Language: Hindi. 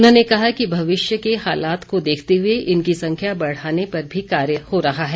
उन्होंने कहा कि भविष्य के हालात को देखते हुए इनकी संख्या बढ़ाने पर भी कार्य हो रहा है